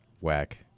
Whack